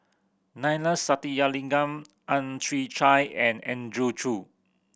Neila Sathyalingam Ang Chwee Chai and Andrew Chew